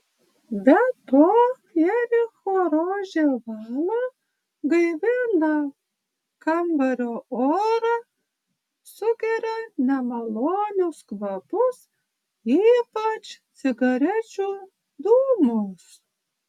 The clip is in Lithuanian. be to jericho rožė valo gaivina kambario orą sugeria nemalonius kvapus ypač cigarečių dūmus